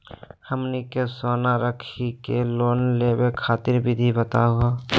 हमनी के सोना रखी के लोन लेवे खातीर विधि बताही हो?